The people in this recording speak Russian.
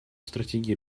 стратегии